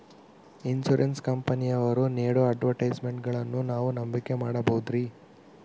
Insurance ಕಂಪನಿಯವರು ನೇಡೋ ಅಡ್ವರ್ಟೈಸ್ಮೆಂಟ್ಗಳನ್ನು ನಾವು ನಂಬಿಕೆ ಮಾಡಬಹುದ್ರಿ?